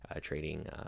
trading